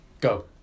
go